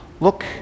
Look